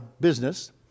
business